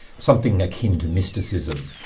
something akin to mysticism.